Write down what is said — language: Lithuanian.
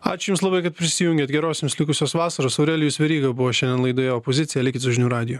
ačiū jums labai kad prisijungėt geros jumis likusios vasaros aurelijus veryga buvo šiandien laidoje opozicija likit su žinių radiju